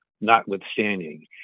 notwithstanding